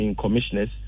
commissioners